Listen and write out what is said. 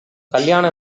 கல்யாண